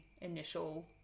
initial